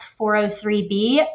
403B